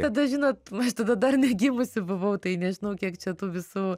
tada žinot aš tada dar negimusi buvau tai nežinau kiek čia tų visų